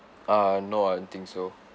ah no I don't think so